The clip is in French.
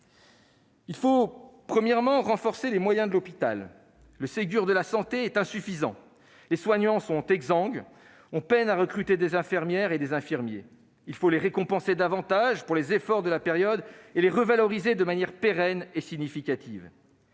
Il faut, d'abord, renforcer les moyens de l'hôpital. Le Ségur de la santé est insuffisant, les soignants sont exsangues, on peine à recruter des infirmières et des infirmiers. Il faut les récompenser davantage pour les efforts de la période et revaloriser leurs salaires de manière pérenne et significative.